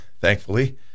thankfully